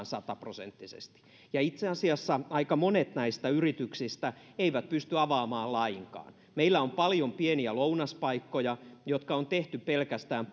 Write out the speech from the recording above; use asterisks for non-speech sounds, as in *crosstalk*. *unintelligible* sataprosenttisesti itse asiassa aika monet näistä yrityksistä eivät pysty avaamaan lainkaan meillä on paljon pieniä lounaspaikkoja jotka on tehty pelkästään *unintelligible*